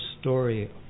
story